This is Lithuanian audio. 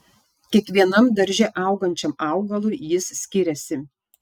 kiekvienam darže augančiam augalui jis skiriasi